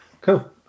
Cool